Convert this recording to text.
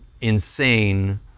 insane